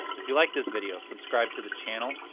if you like this video subscribe to the channel,